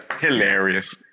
Hilarious